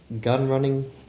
gun-running